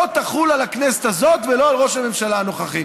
לא תחול על הכנסת הזאת ולא על ראש הממשלה הנוכחי.